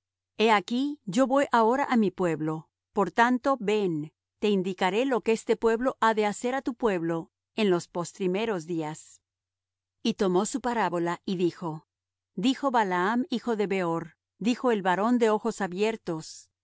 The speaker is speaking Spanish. he aquí yo me voy ahora á mi pueblo por tanto ven te indicaré lo que este pueblo ha de hacer á tu pueblo en los postrimeros días y tomó su parábola y dijo dijo balaam hijo de beor dijo el varón de ojos abiertos